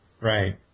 Right